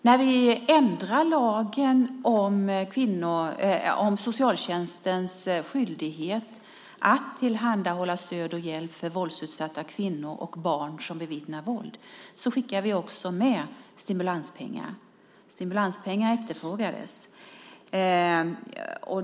När vi ändrar lagen om socialtjänstens skyldighet att tillhandahålla stöd och hjälp för våldsutsatta kvinnor och barn som bevittnar våld skickar vi också med stimulanspengar. Stimulanspengar efterfrågades.